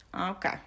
Okay